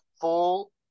full